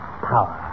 power